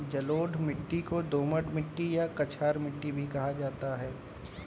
जलोढ़ मिट्टी को दोमट मिट्टी या कछार मिट्टी भी कहा जाता है